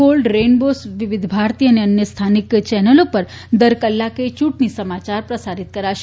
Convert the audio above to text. gold Rainbow Vividh Bharati અને અન્ય સ્થાનિક ચેનલો પર દર કલાકે ચ્યૂંટણી સમાચાર પ્રસારીત કરાશે